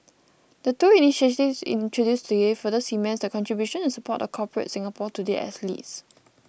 the two initiatives introduced if further cements the contribution and support of Corporate Singapore to the athletes